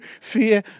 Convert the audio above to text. fear